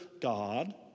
God